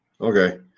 Okay